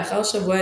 לאחר שבוע,